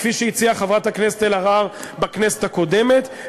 כפי שהציעה חברת הכנסת אלהרר בכנסת הקודמת,